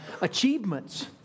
achievements